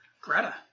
Greta